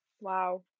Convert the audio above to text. wow